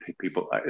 people